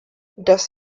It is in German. das